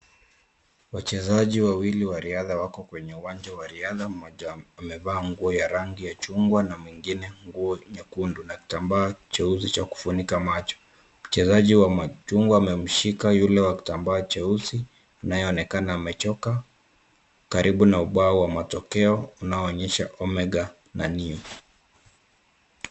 Wachezaji wawili wa riadha wako kwenye uwanja wa riadha, mmoja amevaa nguo ya rangi ya chungwa na mwingine nguo nyekundu na kitambaa cheusi cha kufunika macho. Mchezaji wa machungwa amemshika yule wa kitambaa cheusi, anayeonekana amechoka karibu na ubao wa matokeo unaoonyesha (cs)omega (cs) na (cs) new (cs).